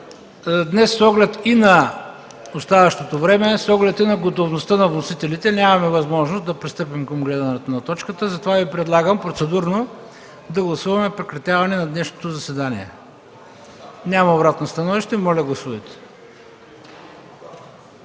С оглед и на оставащото време, и на готовността на вносителите нямаме възможност да пристъпим към тази точка. Затова Ви предлагам процедурно да гласуваме прекратяване на днешното заседание. Няма обратно становище. Моля, гласувайте.